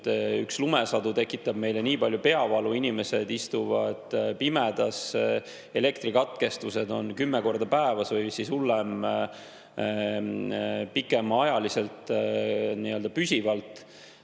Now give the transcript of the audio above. üks lumesadu tekitab meile nii palju peavalu, inimesed istuvad pimedas, elektrikatkestused on kümme korda päevas või veel hullem, pikemat aega, nii-öelda püsivalt